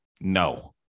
no